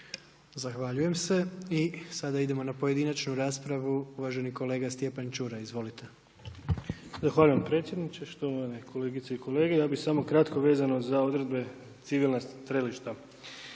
Zahvaljujem se. I sada idemo na pojedinačnu raspravu uvaženi kolega Stjepan Čuraj, izvolite. **Čuraj, Stjepan (HNS)** Zahvaljujem predsjedniče, štovane kolegice i kolege. Ja bih samo kratko vezano za odredbe civilna strelišta.